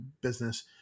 business